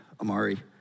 Amari